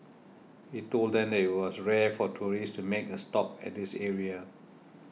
he told them that it was rare for tourists to make a stop at this area